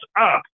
up